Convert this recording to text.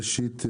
ראשית,